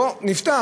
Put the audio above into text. בוא נפתח,